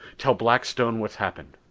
tell blackstone what's happened.